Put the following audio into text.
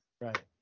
Right